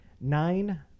Nine